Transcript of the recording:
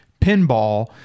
pinball